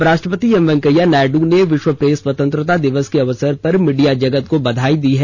उपराष्ट्रपति एम वेंकैया नायड् ने विश्व प्रेस स्वतंत्रता दिवस के अवसर पर मीडिया जगत को बधाई दी है